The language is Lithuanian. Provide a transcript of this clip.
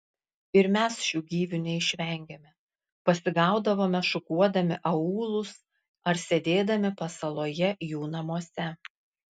ir mes šių gyvių neišvengėme pasigaudavome šukuodami aūlus ar sėdėdami pasaloje jų namuose